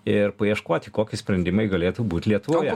ir paieškoti koki sprendimai galėtų būt lietuvoje